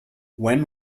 when